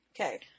Okay